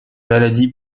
maladie